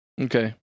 Okay